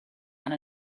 one